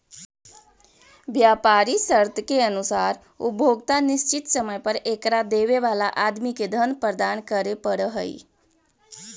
व्यापारी शर्त के अनुसार उपभोक्ता निश्चित समय पर एकरा देवे वाला आदमी के धन प्रदान करे पड़ऽ हई